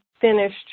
finished